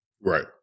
Right